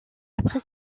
après